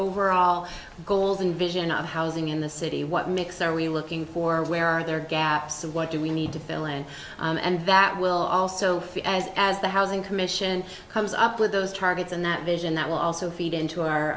overall goals and vision of housing in the city what mics are we looking for where are there gaps and what do we need to fill in and that will also be as as the housing commission comes up with those targets and that vision that will also feed into our